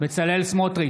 בצלאל סמוטריץ'